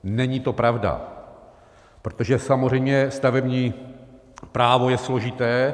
Není to pravda, protože samozřejmě stavební právo je složité.